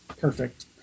perfect